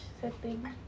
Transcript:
setting